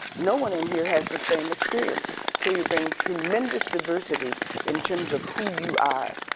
no one in here has the same experience. so you bring tremendous diversity in terms of who you are.